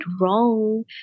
wrong